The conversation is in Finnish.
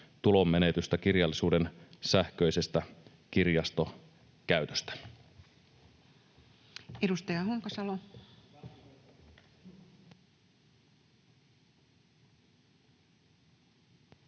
tulonmenetystä kirjallisuuden sähköisestä kirjastokäytöstä.” [Speech